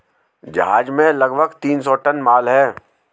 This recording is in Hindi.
जहाज में लगभग तीन सौ टन माल है